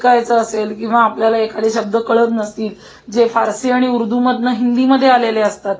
शिकायचं असेल किंवा आपल्याला एखादे शब्द कळत नसतील जे फारसी आणि उर्दूमधून हिंदीमध्ये आलेले असतात